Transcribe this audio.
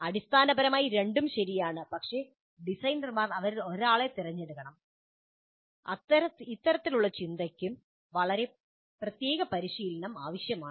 അടിസ്ഥാനപരമായി രണ്ടും ശരിയാണ് പക്ഷേ ഡിസൈനർമാർ അവരിൽ ഒരാളെ തിരഞ്ഞെടുക്കണം ഇത്തരത്തിലുള്ള ചിന്തയ്ക്കും വളരെ പ്രത്യേക പരിശീലനം ആവശ്യമാണ്